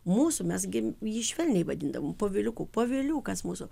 mūsų mes gi jį švelniai vadindavom poviliuku poviliukas mūsų